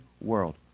world